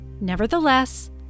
nevertheless